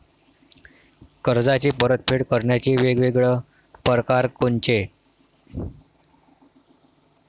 कर्जाची परतफेड करण्याचे वेगवेगळ परकार कोनचे?